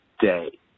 day